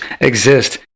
exist